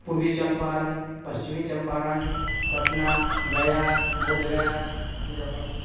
पूर्विचम्पारन् पश्चिमचम्पारन् Patna Gaya बोध्गया मुजफर्पुर